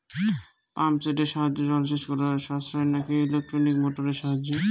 Pump সেটের সাহায্যে জলসেচ করা সাশ্রয় নাকি ইলেকট্রনিক মোটরের সাহায্যে?